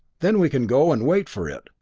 then we can go and wait for it.